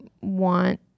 want